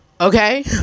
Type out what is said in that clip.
okay